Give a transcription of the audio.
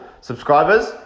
subscribers